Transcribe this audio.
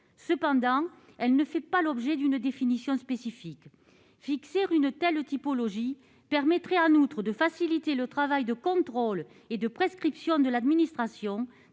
Cependant, elle ne fait pas l'objet d'une définition spécifique. Fixer une telle typologie permettrait en outre de faciliter le travail de contrôle et de prescription de l'administration